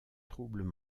troubles